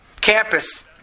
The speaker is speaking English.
Campus